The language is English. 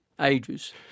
ages